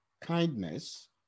kindness